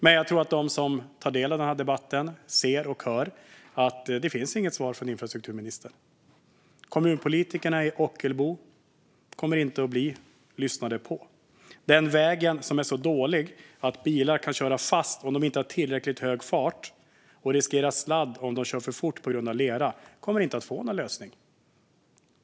Men jag tror att de som tar del av den här debatten ser och hör att det inte finns något svar från infrastrukturministern. Kommunpolitikerna i Ockelbo kommer inte att bli lyssnade på. Det kommer inte någon lösning för den väg som är så dålig att bilar kan köra fast om de inte har tillräckligt hög fart och på grund av lera riskerar sladd om de kör för fort.